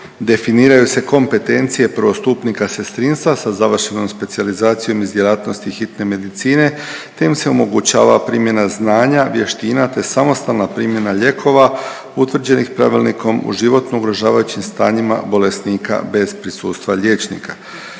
Definiraju se kompetencije prvostupnika sestrinstva sa završenom specijalizacijom iz djelatnosti Hitne medicine, te im se omogućava primjena znanja, vještina, te samostalna primjena lijekova utvrđenih Pravilnikom o životno ugrožavajućim stanjima bolesnika bez prisustva liječnika.